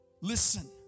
Listen